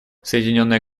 соединенное